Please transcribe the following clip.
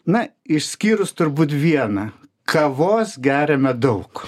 na išskyrus turbūt vieną kavos geriame daug